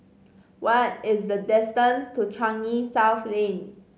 what is the distance to Changi South Lane